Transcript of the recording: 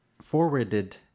forwarded